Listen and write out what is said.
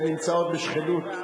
והן נמצאות בשכנות.